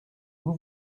vous